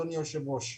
אדוני היושב ראש צודק,